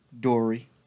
Dory